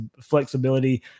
flexibility